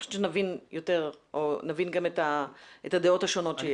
חושבת שנבין יותר ונבין גם את הדעות השונות.